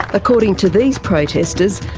according to these protesters,